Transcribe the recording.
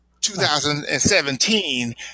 2017